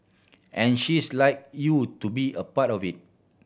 and she's like you to be a part of it